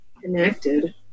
Connected